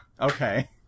Okay